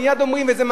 ומייד אומרים: לא.